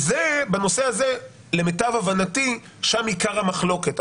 בנושא הזה, למיטב הבנתי, עיקר המחלוקת.